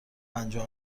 پنجاه